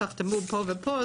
תחתמו פה ופה,